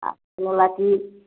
और बोला कि